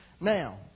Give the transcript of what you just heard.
Now